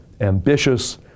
Ambitious